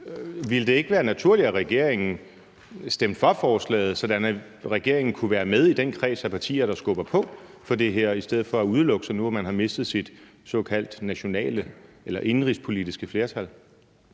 Ville det ikke være naturligt, at regeringen stemte for forslaget, sådan at regeringen kunne være med i den kreds af partier, der skubber på for det her, i stedet for at udelukke sig selv nu, hvor man har mistet sit såkaldte indenrigspolitiske flertal?